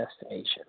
destination